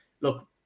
Look